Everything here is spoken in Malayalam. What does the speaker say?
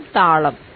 ഒപ്പം താളം